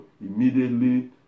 Immediately